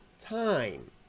time